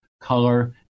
color